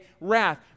wrath